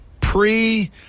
pre